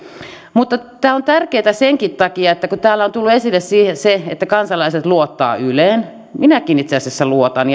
mutta tämä on tärkeätä senkin takia kun täällä on tullut esille se että kansalaiset luottavat yleen ja heidän uutisiinsa minäkin itse asiassa luotan